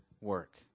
work